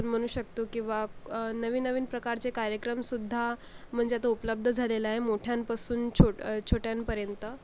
आपण म्हणू शकतो किंवा नवीन नवीन प्रकारचे कार्यक्रमसुध्दा म्हणजे आता उपलब्ध झालेले आहे मोठ्यांपासून छोट्या छोट्यांपर्यंत